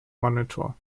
monitor